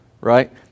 Right